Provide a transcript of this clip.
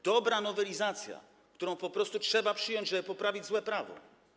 To dobra nowelizacja, którą po prostu trzeba przyjąć, żeby poprawić złe prawo.